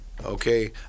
Okay